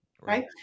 Right